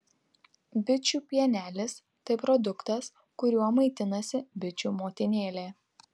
bičių pienelis tai produktas kuriuo maitinasi bičių motinėlė